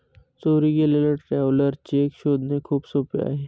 चोरी गेलेला traveller cheque शोधणे खूप सोपे आहे